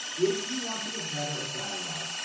if you want to get better at dialogue,